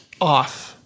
off